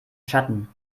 schatten